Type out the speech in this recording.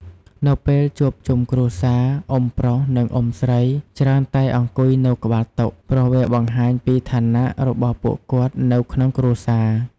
នៅពេលជួបជុំគ្រួសារ អ៊ុំប្រុស និងអ៊ុំស្រីច្រើនតែអង្គុយនៅក្បាលតុ ព្រោះវាបង្ហាញពីឋានៈរបស់ពួកគាត់នៅក្នុងគ្រួសារ។